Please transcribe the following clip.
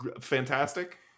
fantastic